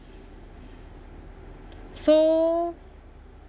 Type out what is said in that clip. so